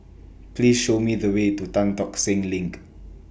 Please Show Me The Way to Tan Tock Seng LINK